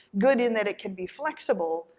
good in that it can be flexible,